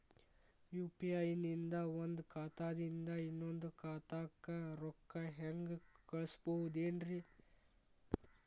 UPI ನಿಂದ ಒಂದ್ ಖಾತಾದಿಂದ ಇನ್ನೊಂದು ಖಾತಾಕ್ಕ ರೊಕ್ಕ ಹೆಂಗ್ ಕಳಸ್ಬೋದೇನ್ರಿ?